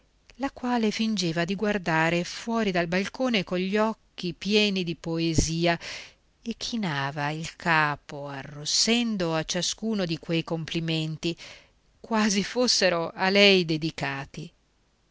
la quale fingeva di guardare fuori dal balcone cogli occhi pieni di poesia e chinava il capo arrossendo a ciascuno di quei complimenti quasi fossero a lei dedicati